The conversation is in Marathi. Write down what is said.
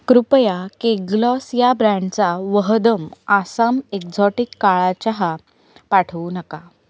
कृपया केग्लॉस या ब्रँडचा वहदम आसाम एक्झॉटिक काळा चहा पाठवू नका